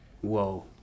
Whoa